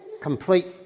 complete